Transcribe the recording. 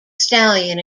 stallion